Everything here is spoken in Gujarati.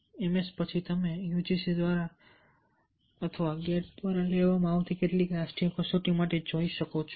એમએસ પછી પછી તમે UGC દ્વારા અથવા ગેટ દ્વારા લેવામાં આવતી કેટલીક રાષ્ટ્રીય કસોટી માટે જઈ શકો છો